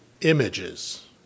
images